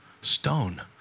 Stone